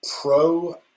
pro